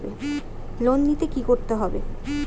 Loan নিতে কী করতে হবে?